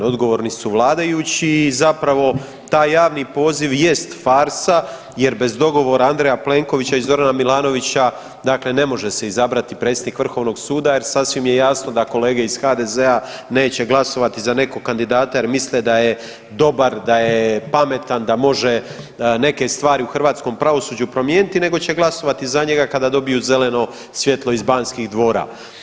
Odgovorni su vladajući i zapravo taj javni poziv jest farsa jer bez dogovora Andreja Plenkovića i Zorana Milanovića dakle ne može se izabrati predsjednik Vrhovnog suda jer sasvim je jasno da kolege iz HDZ-a neće glasovati za nekog kandidata jer misle da je dobar, da je pametan, da može neke stvari u hrvatskom pravosuđu promijeniti nego će glasovati za njega kada dobiju zeleno svjetlo iz Banskih dvora.